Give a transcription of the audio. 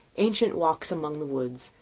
ancient walks among the woods,